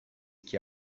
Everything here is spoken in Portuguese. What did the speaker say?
que